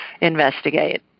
investigate